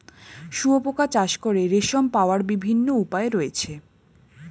শুঁয়োপোকা চাষ করে রেশম পাওয়ার বিভিন্ন উপায় রয়েছে